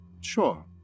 Sure